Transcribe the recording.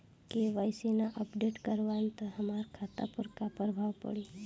KYC ना update करवाएम त हमार खाता पर का प्रभाव पड़ी?